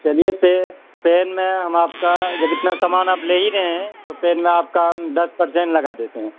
چلیے پے پین میں ہم آپ کا جب اتنا سامان آپ لے ہی رہے ہیں تو پین میں آپ کا ہم دس پر سینٹ لگا دیتے ہیں